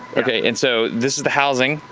okay and so this is the housing.